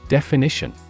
Definition